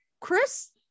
Chris